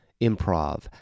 improv